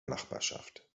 nachbarschaft